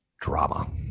drama